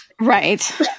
Right